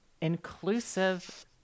inclusive